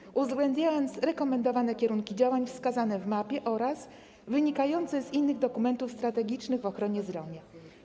Będzie uwzględniał rekomendowane kierunki działań wskazane na mapie oraz wynikające z innych dokumentów strategicznych w ochronie zdrowia.